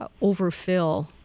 overfill